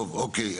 טוב, אוקיי.